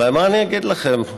ומה אני אגיד לכם,